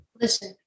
Listen